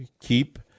keep